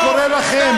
אני קורא לכם,